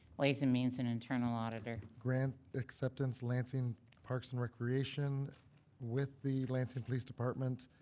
ways and means and internal auditor. grant acceptance, lansing parks and recreation with the lansing police department